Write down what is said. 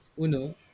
uno